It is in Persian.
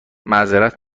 معذرت